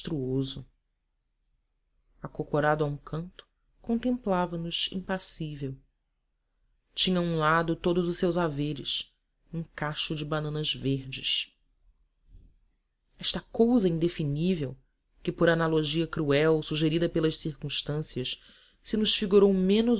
monstruoso acocorado a um canto contemplava nos impassível tinha a um lado todos os seus haveres um cacho de bananas verdes esta coisa indefinível que por analogia cruel sugerida pelas circunstâncias se nos figurou menos